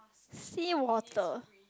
sea water